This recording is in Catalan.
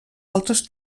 altres